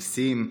מיסים,